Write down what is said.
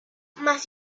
más